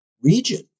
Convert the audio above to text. region